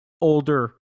older